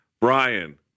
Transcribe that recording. Brian